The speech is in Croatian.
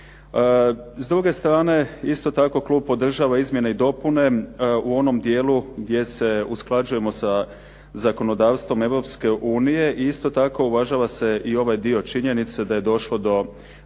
S druge strane isto tako klub podržava izmjene i dopune u onom dijelu gdje se usklađujemo sa zakonodavstvom Europske unije i isto tako uvažava se i ovaj dio činjenice da je došlo do